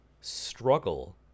struggle